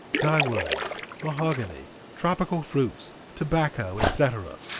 dyewoods, mahogany, tropical fruits, tobacco, etc.